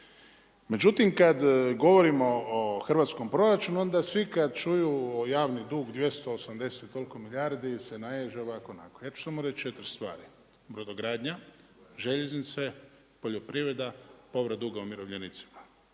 međutim kad govorimo o hrvatskom proračunu onda svi kad čuju javni dug 280 i koliko milijardi se naveže i ovako i onako. Ja ću samo reći četiri stvari. Brodogradnja, željeznice, poljoprivreda, povrat duga umirovljenicima,